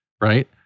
right